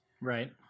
Right